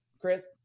Chris